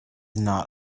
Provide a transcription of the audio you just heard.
not